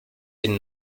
den